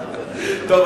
טוב,